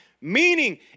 Meaning